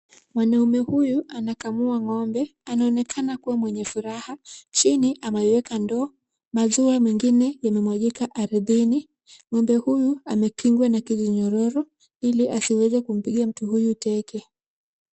Mwanaume huyu anakamua Ng'ombe anaonekana mwenye furaha chini ameuweka ndoo, maziwa mengine yamemwagika aridhini. Ng'ombe huyu amekingwa na kijinyororo ili asiweze kumpiga mtu huyu teke.